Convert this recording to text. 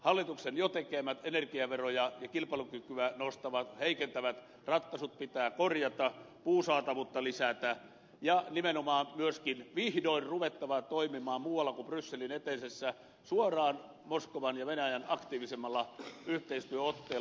hallituksen jo tekemät energiaveroa koskevat ja kilpailukykyä heikentävät ratkaisut pitää korjata puun saatavuutta lisätä ja nimenomaan myöskin vihdoin on ruvettava toimimaan muualla kuin brysselin eteisessä suoraan moskovaan ja venäjään aktiivisemmalla yhteistyöotteella